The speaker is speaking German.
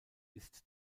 ist